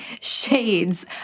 shades